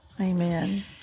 Amen